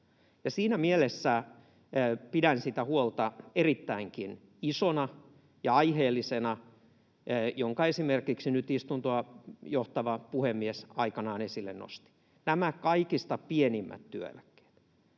Siinä mielessä pidän erittäinkin isona ja aiheellisena sitä huolta, jonka esimerkiksi nyt istuntoa johtava puhemies aikanaan esille nosti: nämä kaikista pienimmät työeläkkeet.